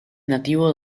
nativo